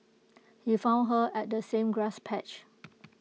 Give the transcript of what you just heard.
he found her at the same grass patch